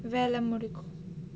வேல முடிக்கும்:vela mudikkum